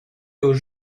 aux